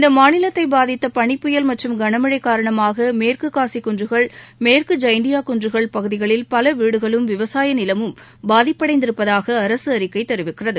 இந்த மாநிலத்தை பாதித்த பனி புயல் மற்றும் கனமழை காரணமாக மேற்குகாசி குன்றுகள் மேற்கு ஜைன்டியா குன்றுகள் பகுதிகளில் பல வீடுகளும் விவசாய நிலமும் பாதிப்பளடந்திருப்பதாக அரசு அறிக்கை தெரிவிக்கிறது